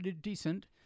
decent